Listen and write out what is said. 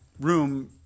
room